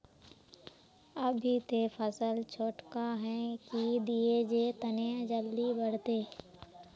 अभी ते फसल छोटका है की दिये जे तने जल्दी बढ़ते?